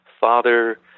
father